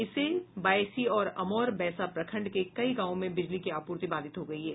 इससे बायसी और अमौर बैसा प्रखंड के कई गांवों में बिजली की आपूर्ति बाधित हो गयी है